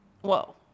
Whoa